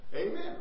Amen